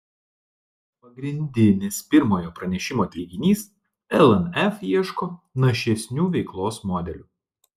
pagrindinis pirmojo pranešimo teiginys lnf ieško našesnių veiklos modelių